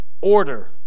order